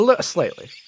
Slightly